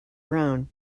brown